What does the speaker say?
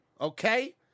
Okay